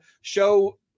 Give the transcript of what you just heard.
show